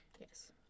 Yes